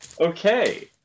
Okay